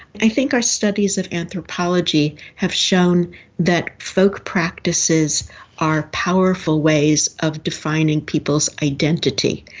i think our studies of anthropology have shown that folk practices are powerful ways of defining people's identity.